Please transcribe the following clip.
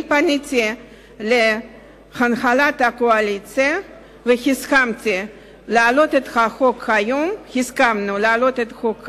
פניתי אל הנהלת הקואליציה והסכמנו להעלות את החוק היום,